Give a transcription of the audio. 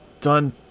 done